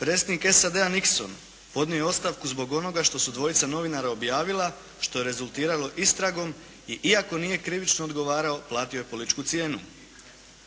Predsjednik SAD-a Nikson podnio je ostavku zbog onoga što su dvojica novinara objavila što je rezultiralo istragom i iako nije krivično odgovarao, platio je političku cijenu.